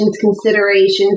considerations